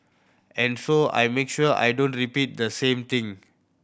and so I make sure I don't repeat the same thing